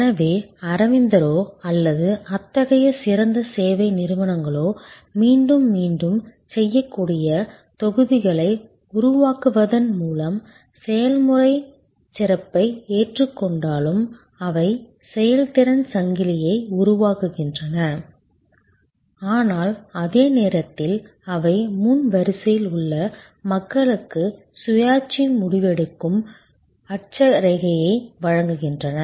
எனவே அரவிந்தரோ அல்லது அத்தகைய சிறந்த சேவை நிறுவனங்களோ மீண்டும் மீண்டும் செய்யக்கூடிய தொகுதிகளை உருவாக்குவதன் மூலம் செயல்முறை சிறப்பை ஏற்றுக்கொண்டாலும் அவை செயல்திறன் சங்கிலியை உருவாக்குகின்றன ஆனால் அதே நேரத்தில் அவை முன் வரிசையில் உள்ள மக்களுக்கு சுயாட்சி முடிவெடுக்கும் அட்சரேகையை வழங்குகின்றன